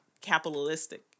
capitalistic